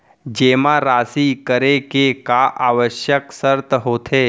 जेमा राशि करे के का आवश्यक शर्त होथे?